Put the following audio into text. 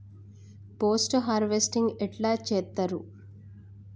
Post harvesting ఎట్ల చేత్తరు?